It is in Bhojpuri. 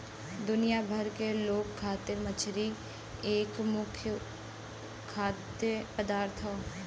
दुनिया भर के लोग खातिर मछरी एक मुख्य खाद्य पदार्थ हौ